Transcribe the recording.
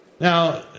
Now